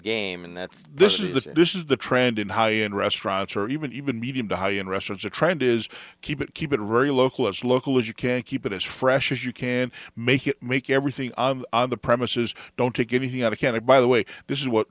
game and that's this is the this is the trend in high end restaurants or even even medium to high end restaurants the trend is keep it keep it very local as local as you can keep it as fresh as you can make it make everything on the premises don't take anything out of canada by the way this is what